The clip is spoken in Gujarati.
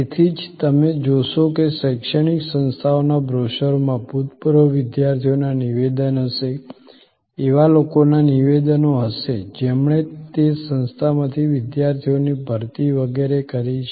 તેથી જ તમે જોશો કે શૈક્ષણિક સંસ્થાઓના બ્રોશરોમાં ભૂતપૂર્વ વિદ્યાર્થીઓના નિવેદનો હશે એવા લોકોના નિવેદનો હશે જેમણે તે સંસ્થામાંથી વિદ્યાર્થીઓની ભરતી વગેરે કરી છે